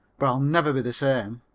but i will never be the same.